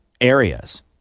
areas